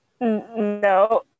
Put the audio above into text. No